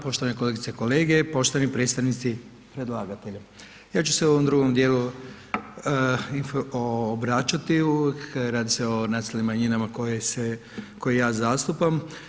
Poštovane kolegice i kolege, poštovani predstavnici predlagatelja, ja ću se u ovom drugom djelu obraćati radi se o nacionalnim manjinama koje se, koje ja zastupam.